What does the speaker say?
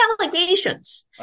allegations